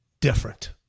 different